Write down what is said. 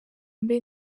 mbe